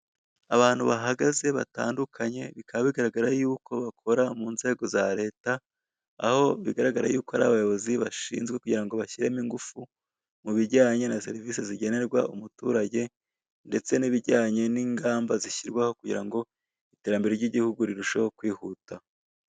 Abantu bahagaze batandukanye, bikaba bigaragara yuko bakora mu nzego za leta, aho bigaragara yuko ari abayobozi bashinzwe gushyira ingufu muri serivisi zigenerwa umuturage ndetse n'ibijyanye n'ingamba zishyirwaho kugira ngo iterambere rirusheho kwihuta.